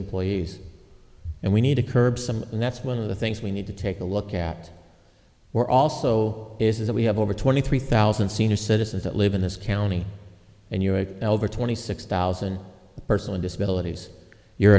employees and we need to curb some and that's one of the things we need to take a look at we're also is that we have over twenty three thousand senior citizens that live in this county and over twenty six thousand person on disability you're